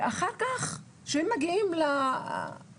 אחר כך כשהם מגיעים לנערות,